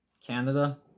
Canada